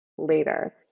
Later